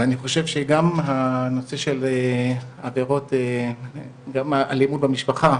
ואני חושב שגם הנושא של עבירות גם של אלימות במשפחה,